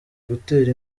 gutera